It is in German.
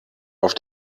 auf